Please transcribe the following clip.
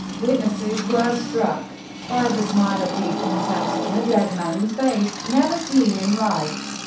witnesses were struck by the smile of deep contempt on the dead man's face, never seen in life,